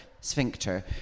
sphincter